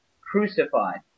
crucified